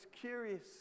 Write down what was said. curious